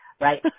right